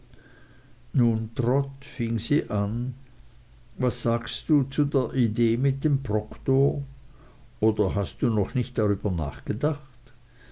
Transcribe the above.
nun trot fing sie an was sagst du zu der idee mit dem proktor oder hast du noch nicht darüber nachgedacht